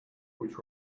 which